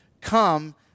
come